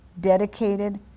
dedicated